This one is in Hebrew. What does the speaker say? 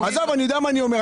עזוב, אני יודע מה אני אומר.